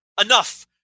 Enough